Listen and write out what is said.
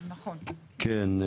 כן,